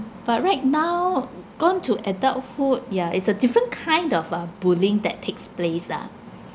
but right now gone to adulthood ya it's a different kind of uh bullying that takes place ah